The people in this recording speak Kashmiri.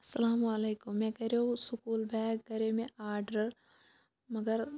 السلامُ علیکُم مےٚ کَریو سکول بیگ کَرے مےٚ آرڈر مگر